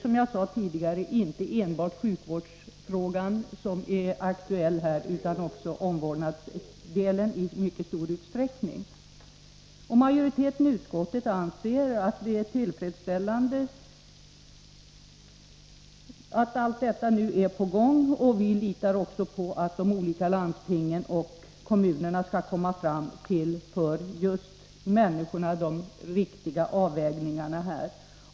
Som jag sade tidigare är det inte enbart sjuvårdsfrågan som är aktuell, utan också omvårdnadssidan i mycket stor utsträckning. Majoriteten i utskottet anser att det är tillfredsställande med det arbete som nu är på gång. Vi litar på att de olika landstingen och kommunerna kommer fram till för människorna bästa förslag.